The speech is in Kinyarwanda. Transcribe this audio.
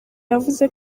yavuze